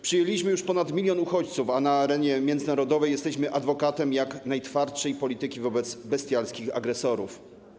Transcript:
Przyjęliśmy już ponad milion uchodźców, a na arenie międzynarodowej jesteśmy adwokatem jak najtwardszej polityki wobec bestialskich agresorów.